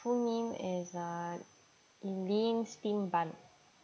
full name is uh elene steam bun